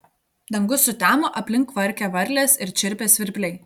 dangus sutemo aplink kvarkė varlės ir čirpė svirpliai